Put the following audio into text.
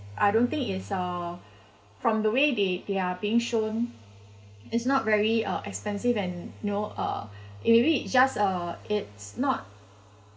I don't think it's uh from the way they they are being shown it's not very uh expensive and you know uh maybe it just uh it's not